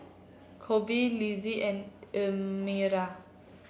Korbin Litzy and Elmira